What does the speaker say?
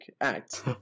act